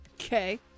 okay